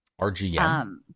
RGM